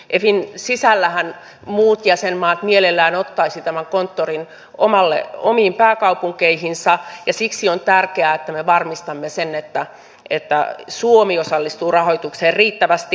efin sisällähän muut jäsenmaat mielellään ottaisivat tämän konttorin omiin pääkaupunkeihinsa ja siksi on tärkeää että me varmistamme sen että suomi osallistuu rahoitukseen riittävästi